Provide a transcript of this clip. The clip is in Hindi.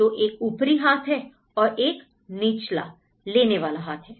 तो एक ऊपरी हाथ है और एक निचला लेने वाला हाथ है